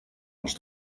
els